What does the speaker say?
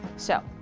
so,